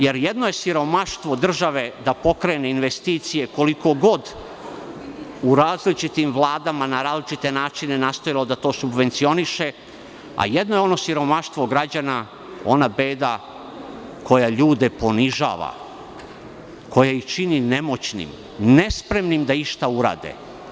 Jedno je siromaštvo države da pokrene investicije koliko god u različitim vladama, na različite načine nastojala da to subvencioniše, a jedno je ono siromaštvo građana, ona beda koja ljude ponižava, koja ih čini nemoćnim, nespremnim da išta urade.